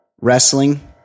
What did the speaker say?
wrestling